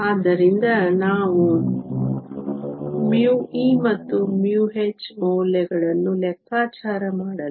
ಆದ್ದರಿಂದ ನಾವು μe ಮತ್ತು μh ಮೌಲ್ಯಗಳನ್ನು ಲೆಕ್ಕಾಚಾರ ಮಾಡಲು ಬಯಸುತ್ತೇವೆ